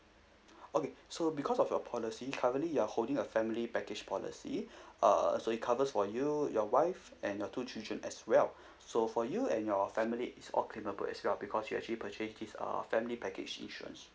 okay so because of your policy currently you are holding a family package policy uh so it covers for you your wife and your two children as well so for you and your family it's all claimable as well because you actually purchased this uh family package insurance